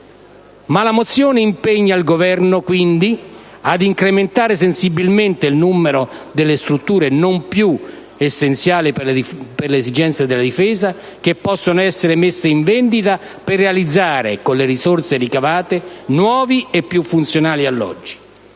La mozione impegna il Governo anche a incrementare sensibilmente il numero delle strutture non più essenziali per le esigenze della Difesa, che possono essere messe in vendita per realizzare con le risorse ricavate nuovi e più funzionali alloggi;